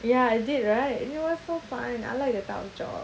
ya I did right you know it was so fun I like that type of job